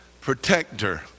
protector